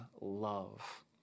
love